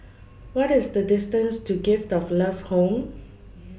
What IS The distance to Gift of Love Home